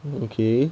okay